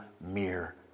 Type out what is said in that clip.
mere